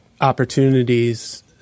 opportunities